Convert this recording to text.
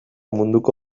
munduko